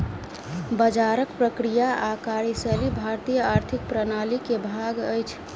बजारक प्रक्रिया आ कार्यशैली भारतीय आर्थिक प्रणाली के भाग अछि